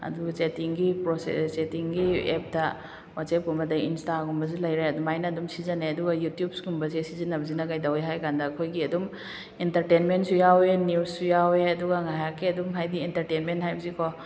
ꯑꯗꯨꯒ ꯆꯦꯇꯤꯡꯒꯤ ꯆꯦꯇꯤꯡꯒꯤ ꯑꯦꯞꯇ ꯋꯥꯆꯦꯞꯀꯨꯝꯕ ꯑꯗꯩ ꯏꯟꯁꯇꯥꯒꯨꯝꯕꯁꯨ ꯂꯩꯔꯦ ꯑꯗꯨꯃꯥꯏꯅ ꯑꯗꯨꯝ ꯁꯤꯖꯤꯟꯅꯩ ꯑꯗꯨꯒ ꯌꯨꯇ꯭ꯌꯨꯕꯀꯨꯝꯕꯁꯦ ꯁꯤꯖꯤꯟꯅꯕꯁꯤꯅ ꯀꯩꯗꯧꯋꯦ ꯍꯥꯏꯀꯥꯟꯗ ꯑꯩꯈꯣꯏꯒꯤ ꯑꯗꯨꯝ ꯑꯦꯟꯇꯔꯇꯦꯟꯃꯦꯟꯁꯨ ꯌꯥꯎꯋꯦ ꯅ꯭ꯋꯨꯁꯁꯨ ꯌꯥꯎꯋꯦ ꯑꯗꯨꯒ ꯉꯥꯏꯍꯥꯛꯀꯤ ꯑꯗꯨꯝ ꯍꯥꯏꯗꯤ ꯑꯦꯟꯇꯔꯇꯦꯟꯃꯦꯟ ꯍꯥꯏꯕꯁꯤꯀꯣ